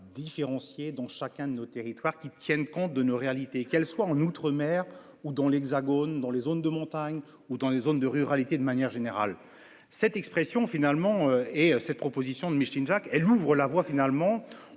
différencier dont chacun de nos territoires qui tiennent compte de nos réalités qu'elle soit en outre-mer ou dans l'Hexagone dans les zones de montagne ou dans des zones de ruralité, de manière générale, cette expression finalement et cette proposition de Micheline Jacques elles ouvrent la voie finalement